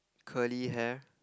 curly hair